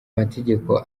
mategeko